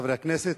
חברי הכנסת,